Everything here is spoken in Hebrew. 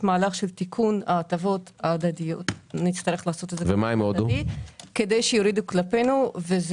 ההטבות ההדדיות כדי שיורידו מיסים כלפינו.